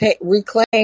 reclaim